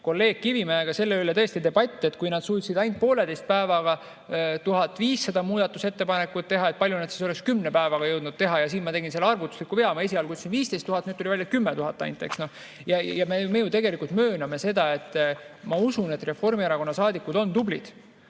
kolleeg Kivimäega selle üle debatt, et kui nad suutsid ainult pooleteise päevaga 1500 muudatusettepanekut teha, kui palju nad siis oleks kümne päevaga jõudnud teha. Ja siin ma tegin selle arvutusliku vea, et esialgu ütlesin 15 000, nüüd tuli välja, et 10 000 ainult. Ja me ju tegelikult mööname seda ning ma usun, et Reformierakonna saadikud on tublid,